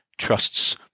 Trust's